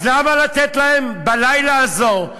אז למה לתת להם בלילה הזה,